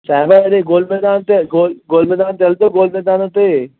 साहिबु वरी गोल मैदान ते गोल गोल मैदान ते हलंदो गोल मैदान ते